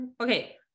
okay